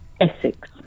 Essex